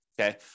okay